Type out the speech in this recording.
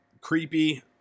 creepy